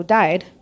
died